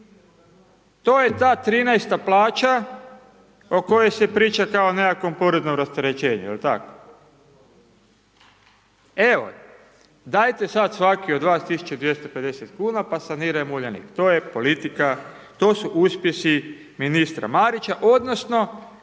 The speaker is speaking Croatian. To je ta 13 plaća o kojoj se priča kao nekakvom poreznom rasterećenju, jel tak? Evo, dajte sad svaki od vas 1.250 kuna pa sanirajmo Uljanik, to je politika, to su uspjesi ministra Marića, odnosno